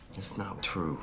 that's not true